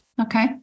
Okay